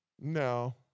No